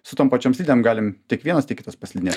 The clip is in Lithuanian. su tom pačiom slidėm galim tiek vienas tiek kitas paslidinėt